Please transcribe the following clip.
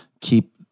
keep